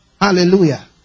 Hallelujah